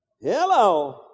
Hello